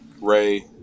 Ray